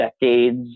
decades